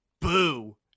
boo